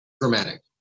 dramatic